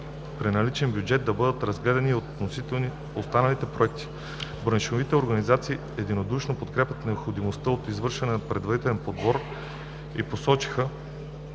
при наличен бюджет да бъдат разгледани и останалите проекти. Браншовите организации единодушно подкрепиха необходимостта от извършване на предварителен подбор и посочиха,